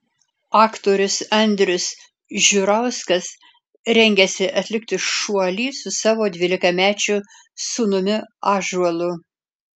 aktorius andrius žiurauskas rengiasi atlikti šuolį su savo dvylikamečiu sūnumi ąžuolu